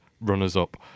runners-up